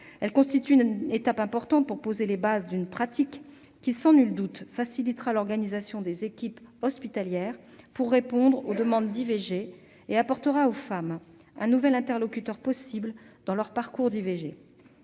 Elle constitue une étape importante pour poser les bases d'une pratique, qui, sans nul doute, facilitera l'organisation des équipes hospitalières pour répondre aux demandes d'IVG et offrira aux femmes un nouvel interlocuteur dans leur parcours d'IVG.